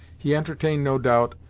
he entertained no doubt,